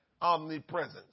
omnipresence